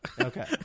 Okay